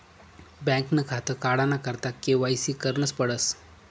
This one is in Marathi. बँकनं खातं काढाना करता के.वाय.सी करनच पडस